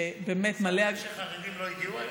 שמת לב שהחרדים לא הגיעו היום?